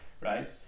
Right